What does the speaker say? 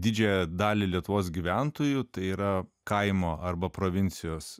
didžiąją dalį lietuvos gyventojų tai yra kaimo arba provincijos